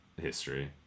history